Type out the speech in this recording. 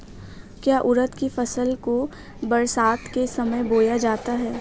क्या उड़द की फसल को बरसात के समय बोया जाता है?